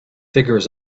figures